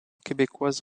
québécoise